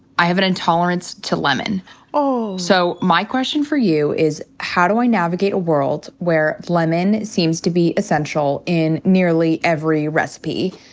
i have an intolerance to lemon oh so, my question for you is how do i navigate a world where lemon seems to be essential in nearly every recipe?